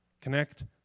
Connect